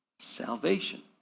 salvation